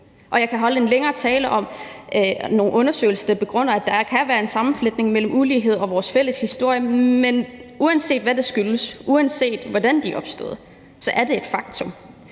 og jeg kan holde en længere tale om nogle undersøgelser, der begrunder, at der kan være en sammenfletning mellem ulighed og vores fælles historie, men uanset hvad det skyldes, uanset hvordan det er opstået, så er det et faktum